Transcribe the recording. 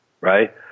right